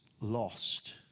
lost